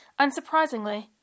unsurprisingly